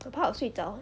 我怕我睡着